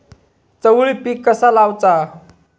चवळी पीक कसा लावचा?